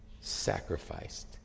sacrificed